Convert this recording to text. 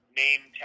name